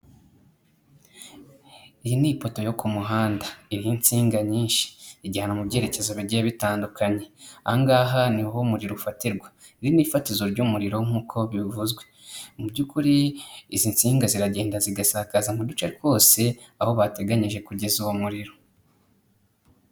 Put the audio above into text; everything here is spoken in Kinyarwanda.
Iyi ni ifoto yo ku muhanda iriho insinga nyinshi, ijyanwa mu byerekezo bigiye bitandukanye ahangaha niho umuriro ufatirwa, iri ni ifatizo ry'umuriro nk'uko bivuzwe mu by'ukuri izi nsinga ziragenda zigasakaza mu duce twose aho bateganyije kugeza uwo muriro.